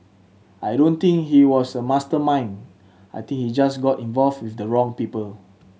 I don't think he was a mastermind I think he just got involved with the wrong people